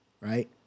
right